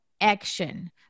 action